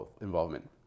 involvement